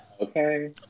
Okay